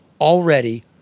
already